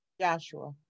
Joshua